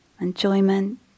enjoyment